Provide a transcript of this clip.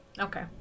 Okay